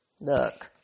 look